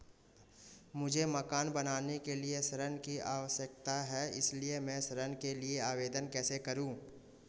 मुझे मकान बनाने के लिए ऋण की आवश्यकता है इसलिए मैं ऋण के लिए आवेदन कैसे करूं?